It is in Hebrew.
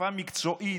אכיפה מקצועית,